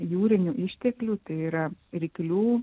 jūrinių išteklių tai yra ryklių